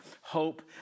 hope